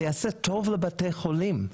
זה יעשה טוב לבתי החולים.